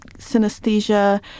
synesthesia